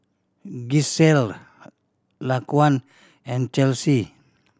Gisselle Laquan and Chelsea